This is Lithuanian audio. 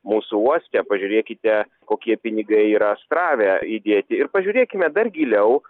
mūsų uoste pažiūrėkite kokie pinigai yra astrave įdėti ir pažiūrėkime dar giliau